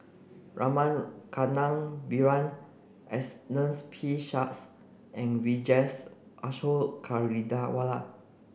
Rama Kannabiran P and Vijesh Ashok Ghariwala